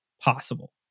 possible